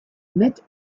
met